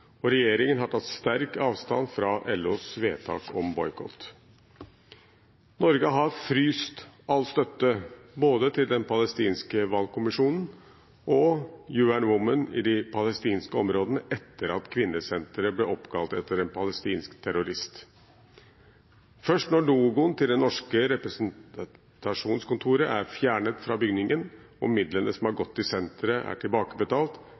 dialog. Regjeringen har tatt sterk avstand fra LOs vedtak om boikott. Norge har fryst all støtte, både til den palestinske valgkommisjonen og til UN Women i de palestinske områdene, etter at kvinnesenteret ble oppkalt etter en palestinsk terrorist. Først når logoen til det norske representasjonskontoret er fjernet fra bygningen og midlene som er gått til senteret, er tilbakebetalt,